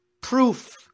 proof